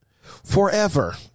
forever